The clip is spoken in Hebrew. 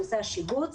נושא השיבוץ.